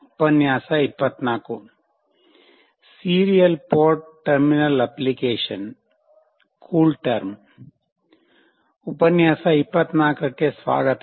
ಉಪನ್ಯಾಸ 24ಕ್ಕೆ ಸ್ವಾಗತ